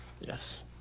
Yes